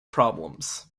problems